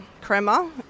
crema